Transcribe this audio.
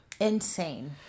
Insane